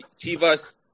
Chivas